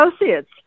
associates